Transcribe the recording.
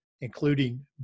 including